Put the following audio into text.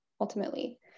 ultimately